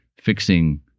fixing